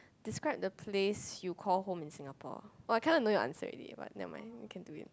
describe the place you called home in Singapore oh I kinda know your answer ready but never mind you can do you